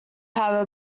have